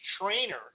trainer